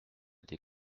des